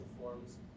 forms